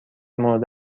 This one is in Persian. مورد